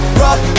rock